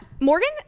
Morgan